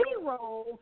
zero